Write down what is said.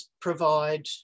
provide